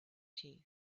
chief